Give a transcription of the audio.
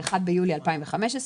1 ביולי 2015,